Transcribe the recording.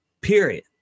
period